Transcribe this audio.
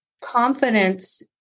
Confidence